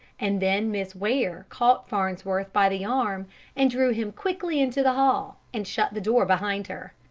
and then miss ware caught farnsworth by the arm and drew him quickly into the hall, and shut the door behind her.